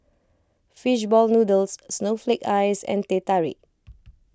Fish Ball Noodles Snowflake Ice and Teh Tarik